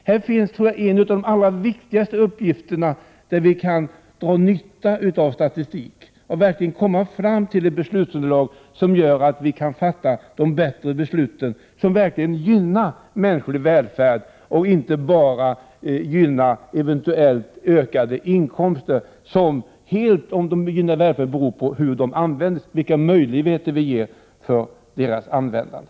Här finns ett av de allra viktigaste områdena där vi kan dra nytta av statistik och komma fram till ett bra beslutsunderlag som gör att vi kan fatta bättre beslut som gynnar mänsklig välfärd. Vi skall inte bara gynna eventuellt ökade inkomster, där välfärden beror på hur de används och vilka möjligheter vi ger för deras användande.